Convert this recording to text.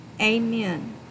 amen